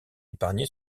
épargné